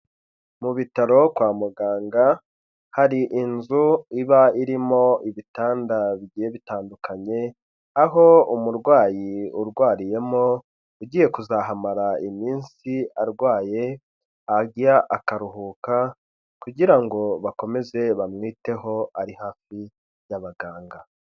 Mu bitaro kwa muganga hari inzu iba irimo ibitanda bigiye bitandukanye, aho umurwayi urwariyemo ugiye kuzahamara iminsi arwaye ahagera akaruhuka kugira ngo bakomeze bamwiteho ari hafi y'abaganga.